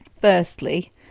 Firstly